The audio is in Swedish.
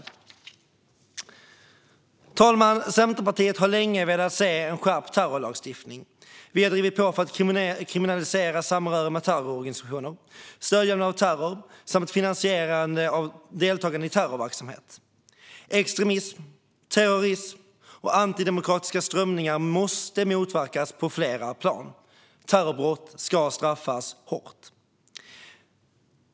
Fru talman! Centerpartiet har länge velat se en skärpt terrorlagstiftning. Vi har drivit på för att kriminalisera samröre med terrororganisationer, stödjande av terror och finansierande av deltagande i terrorverksamhet. Extremism, terrorism och antidemokratiska strömningar måste motverkas på flera plan. Terrorbrott ska straffas hårt.